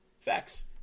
Facts